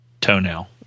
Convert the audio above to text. toenail